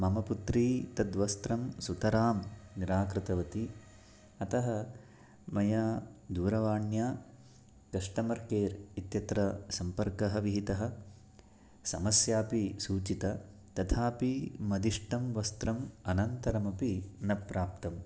मम पुत्री तत् वस्त्रं सुतरां निराकृतवती अतः मया दूरवाण्या कश्टमर् केर् इत्यत्र सम्पर्कः विहितः समस्या अपि सूचिता तथापि मदिष्टं वस्त्रम् अनन्तरम् अपि न प्राप्तम्